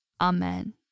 Amen